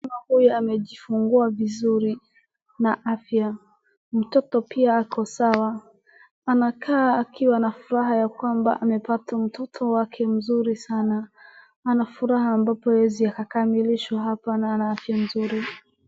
Mama huyu amejifungua vizuri na afya, mtoto pia ako sawa, anakaa akiwa na furaha ya kwamba amepata mtoto wake mzuri sana, ana furaha ambapo hawezi akakamilishwa hapa na ana afya nzuri.